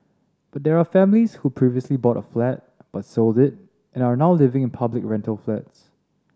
there are families who previously bought a flat but sold it and are now living in public rental flats